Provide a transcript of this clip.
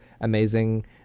amazing